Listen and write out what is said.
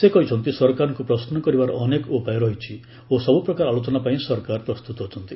ସେ କହିଛନ୍ତି ସରକାରଙ୍କୁ ପ୍ରଶ୍ନ କରିବାର ଅନେକ ଉପାୟ ରହିଛି ଓ ସବୁପ୍ରକାର ଆଲୋଚନା ପାଇଁ ସରକାର ପ୍ରସ୍ତୁତ ଅଛନ୍ତି